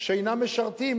שאינם משרתים.